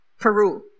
Peru